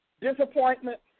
disappointment